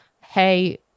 hey